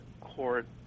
court